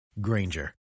Granger